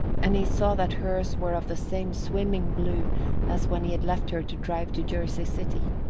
and he saw that hers were of the same swimming blue as when he had left her to drive to jersey city.